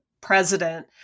president